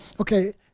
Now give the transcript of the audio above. okay